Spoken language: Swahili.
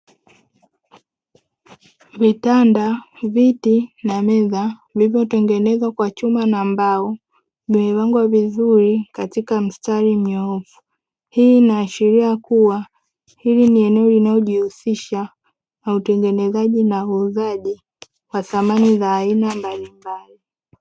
Vitanda, viti na meza vilivyotengenezwa kwa chuma na mbao vimepangwa vizuri katika mstari mnyoofu. Hii inaashiria kuwa hili ni eneo linalojihusisha na utengenezaji na uuzaji wa bidhaa mbalimbali.